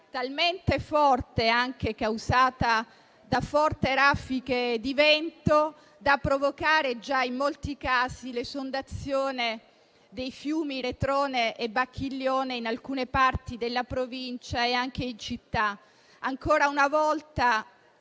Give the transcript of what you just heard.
talmente forte, causata da forti raffiche di vento, da provocare già in molti casi l'esondazione dei fiumi Retrone e Bacchiglione in alcune parti della Provincia e anche in città. Ancora una volta,